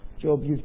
Job